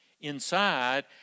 inside